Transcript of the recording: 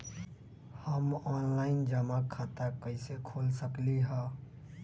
हम ऑनलाइन जमा खाता कईसे खोल सकली ह?